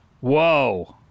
Whoa